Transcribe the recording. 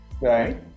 right